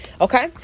Okay